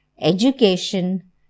education